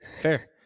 Fair